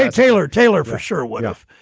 yeah taylor. taylor, for sure, wolf.